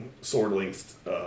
sword-length